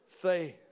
faith